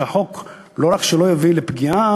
שהחוק לא רק שלא יביא לפגיעה,